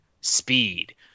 Speed